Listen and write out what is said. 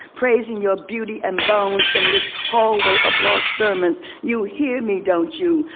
praising your beauty and bones in this hallway of lost sermons. you hear me don't you?